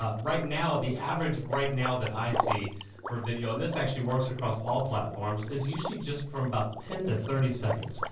ah right now, the average right now that i see for video, and this actually works across all platforms, is usually just from about ten to thirty seconds.